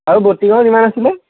আৰু বটিঙৰ কিমান আছিলে